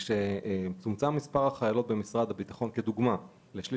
כשצומצם משרד החיילות במשרד הביטחון לשליש